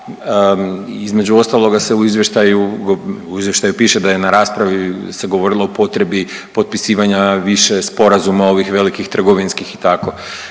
Između ostaloga se u izvještaju piše da je na raspravi se govorilo o potrebi potpisivanja više sporazuma ovih velikih trgovinskih i